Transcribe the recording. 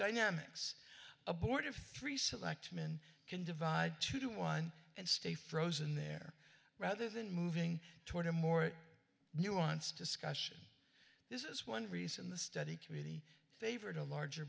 dynamics a board of three selectmen can divide to do one and stay frozen there rather than moving toward a more nuanced discussion this is one reason the study committee favored a larger